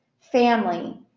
Family